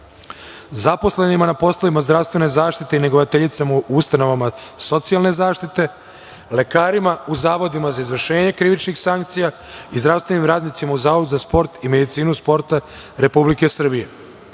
zaposlenima na poslovima zdravstvene zaštite i negovateljicama u ustanovama socijalne zaštite, lekarima, u Zavodima za izvršenje krivičnih sankcija i zdravstvenim radnicima u Zavodu za sport i medicinu sporta Republike Srbije.Za